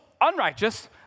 unrighteous